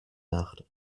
nacht